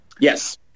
Yes